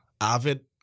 avid